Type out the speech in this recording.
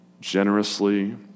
generously